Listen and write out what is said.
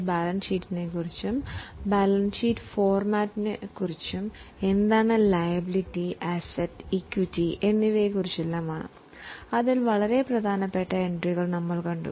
ഭൂരിഭാഗം എൻട്രികളും എങ്ങനെ രേഖപ്പെടുത്തും എന്ന് നമ്മൾ കണ്ടു